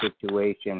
situation